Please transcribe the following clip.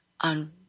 on